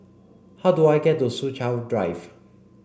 how do I get to Soo Chow Drive